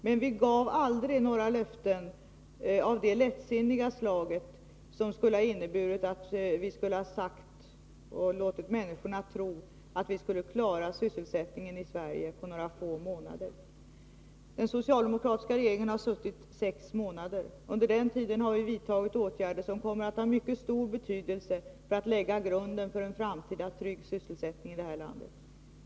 Men vi gav aldrig några löften av det lättsinniga slaget, som skulle ha inneburit att vi lät människorna tro att vi skulle klara sysselsättningen i Sverige på några få månader. Den socialdemokratiska regeringen har suttit sex månader. Under den tiden har vi vidtagit åtgärder som kommer att ha mycket stor betydelse när det gäller att lägga grunden för en framtida trygg sysselsättning i det här landet.